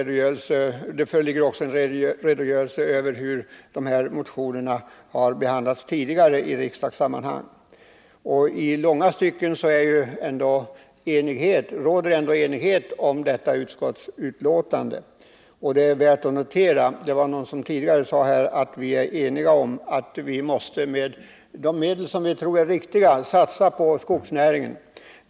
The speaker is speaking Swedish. Det föreligger också en redogörelse över hur liknande motioner har behandlats tidigare i riksdagssammanhang. I långa stycken råder enighet om detta utskottsbetänkande. Någon sade tidigare, vilket är värt att notera, att vi är eniga om att vi, med de medel vi tror är riktiga, måste satsa på skogsnäringen.